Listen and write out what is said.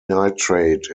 nitrate